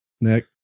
Nick